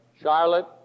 Charlotte